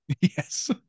Yes